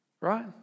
Right